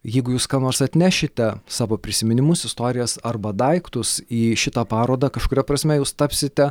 jeigu jūs ką nors atnešite savo prisiminimus istorijas arba daiktus į šitą parodą kažkuria prasme jūs tapsite